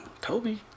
Toby